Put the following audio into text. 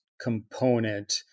component